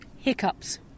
Hiccups